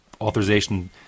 authorization